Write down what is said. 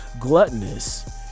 gluttonous